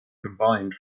combined